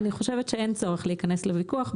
אין צורך להיכנס לוויכוח.